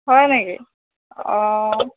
হয় নেকি অঁ